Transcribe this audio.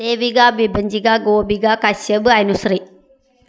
Devika Vipanchika Gopika Kashyap Anusree